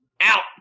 out